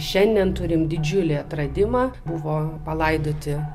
šiandien turim didžiulį atradimą buvo palaidoti